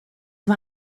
war